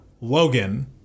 Logan